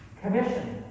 commission